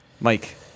Mike